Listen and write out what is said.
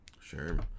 Sure